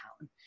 town